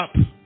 up